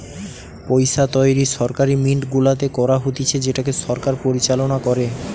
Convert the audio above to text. পইসা তৈরী সরকারি মিন্ট গুলাতে করা হতিছে যেটাকে সরকার পরিচালনা করে